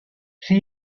she